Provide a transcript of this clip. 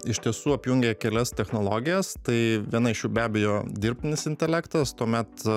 iš tiesų apjungia kelias technologijas tai viena iš jų be abejo dirbtinis intelektas tuomet